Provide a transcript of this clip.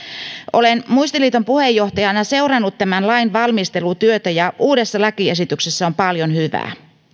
olen muistiliiton puheenjohtajana seurannut tämän lain valmistelutyötä ja uudessa lakiesityksessä on paljon hyvää